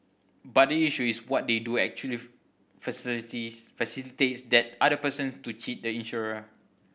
but the issue is what they do actually facilities facilitates that other person to cheat the insurer